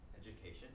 Education